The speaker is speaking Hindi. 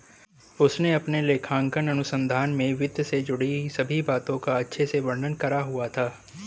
उसने अपने लेखांकन अनुसंधान में वित्त से जुड़ी सभी बातों का अच्छे से वर्णन करा हुआ था